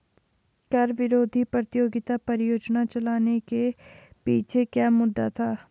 कर विरोधी प्रतियोगिता परियोजना चलाने के पीछे क्या मुद्दा था?